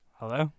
Hello